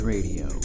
Radio